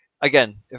again